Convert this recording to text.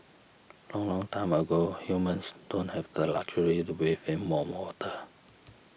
long long time ago humans don't have the luxury to bathe in warm water